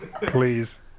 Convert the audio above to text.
Please